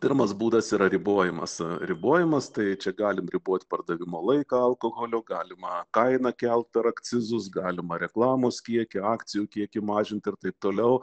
pirmas būdas yra ribojimas ribojimas tai čia galim ribot pardavimo laiką alkoholio galima kainą kelti per akcizus galima reklamos kiekį akcijų kiekį mažint ir taip toliau